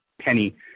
penny